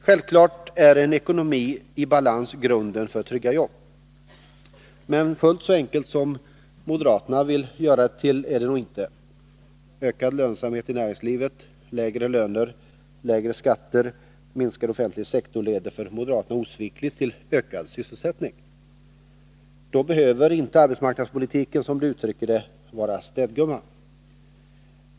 Självfallet är en ekonomi i balans grunden för trygga jobb. Men fullt så enkelt som moderaterna vill göra det är det nog inte. Ökad lönsamhet i näringslivet, lägre löner, lägre skatter och minskad offentlig sektor leder för moderaterna osvikligt till ökad sysselsättning. Då behöver inte arbetsmarknadspolitiken — som de uttrycker det — vara ”städgumma”.